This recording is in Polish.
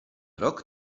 rok